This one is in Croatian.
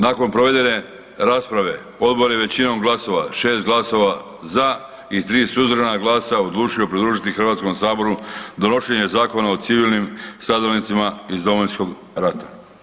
Nakon provedene rasprave, Odbor je većinom glasova, 6 glasova za i 3 suzdržana glas odlučio produžiti HS-u donošenje Zakona o civilnim stradalnicima iz Domovinskog rata.